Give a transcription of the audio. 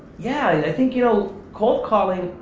yeah, i think you know cold calling,